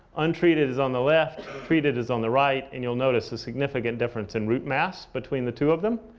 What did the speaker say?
untreated is on the left, treated is on the right. and you'll notice a significant difference in root mass between the two of them.